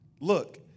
Look